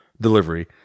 delivery